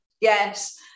Yes